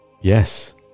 Yes